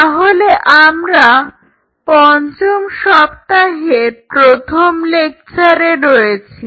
তাহলে আমরা পঞ্চম সপ্তাহের প্রথম লেকচারে রয়েছি